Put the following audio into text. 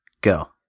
go